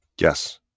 Yes